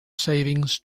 savings